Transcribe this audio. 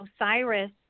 Osiris